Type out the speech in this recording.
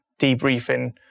debriefing